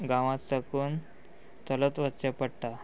गांवा साकून चलत वचचें पडटा